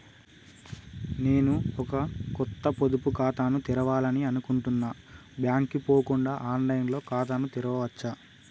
నేను ఒక కొత్త పొదుపు ఖాతాను తెరవాలని అనుకుంటున్నా బ్యాంక్ కు పోకుండా ఆన్ లైన్ లో ఖాతాను తెరవవచ్చా?